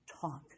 talk